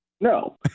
No